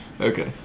Okay